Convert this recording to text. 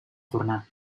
tornar